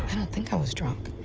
think i was drunk.